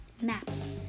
Maps